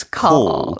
call